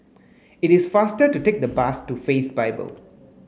it is faster to take the bus to Faith Bible